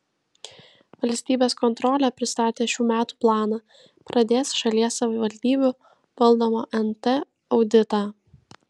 valstybės kontrolė pristatė šių metų planą pradės šalies savivaldybių valdomo nt auditą